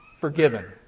forgiven